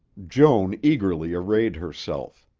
joan eagerly arrayed herself.